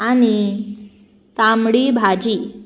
आनी तांबडी भाजी